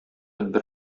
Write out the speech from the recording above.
бер